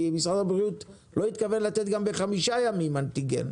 כי משרד הבריאות לא התכוון לתת גם בחמישה ימים אנטיגן,